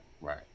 Right